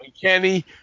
Kenny